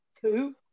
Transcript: two